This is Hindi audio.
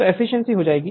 तो एफिशिएंसी 8647 होगी